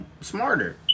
smarter